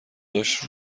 داشت